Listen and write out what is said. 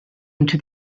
into